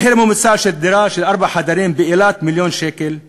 מחיר ממוצע של דירה של ארבעה חדרים באילת הוא 1,000,000 שקל,